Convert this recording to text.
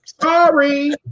Sorry